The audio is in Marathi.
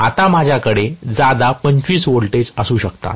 आता माझ्याकडे जादा 25 व्होल्टेज असू शकतात